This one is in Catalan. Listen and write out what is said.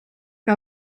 que